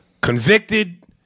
Convicted